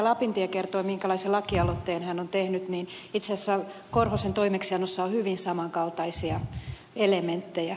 lapintie kertoi minkälaisen lakialoitteen hän on tehnyt niin itse asiassa korhosen toimeksiannossa on hyvin samankaltaisia elementtejä